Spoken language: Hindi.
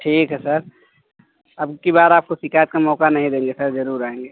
ठीक है सर अबकी बार आपको शिकायत का मौका नहीं देंगे सर ज़रूर आएँगे